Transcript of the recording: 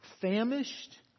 famished